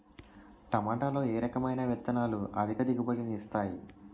టమాటాలో ఏ రకమైన విత్తనాలు అధిక దిగుబడిని ఇస్తాయి